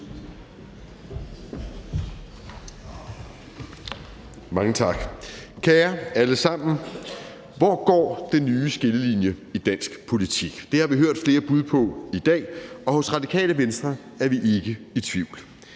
Mange tak. Kære alle sammen! Hvor går den nye skillelinje i dansk politik? Det har vi hørt flere bud på i dag, og hos Radikale Venstre er vi ikke i tvivl.